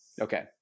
Okay